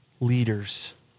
leaders